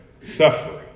suffering